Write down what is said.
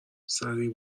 سریع